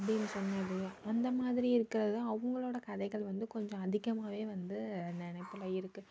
அப்படின்னு சொன்னது அந்த மாதிரி இருக்கிறத அவங்களோட கதைகள் வந்து கொஞ்சம் அதிகமாகவே வந்து நினப்புல இருக்குது